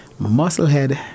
Musclehead